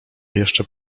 jeszcze